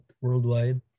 worldwide